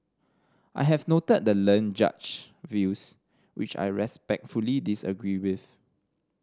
I have noted the learned Judge's views which I respectfully disagree with